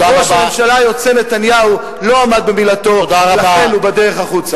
ראש הממשלה היוצא נתניהו לא עמד במילתו לכן הוא בדרך החוצה.